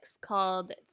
called